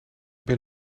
ben